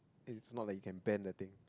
is not like you can bend the thing